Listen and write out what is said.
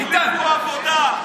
ביטן,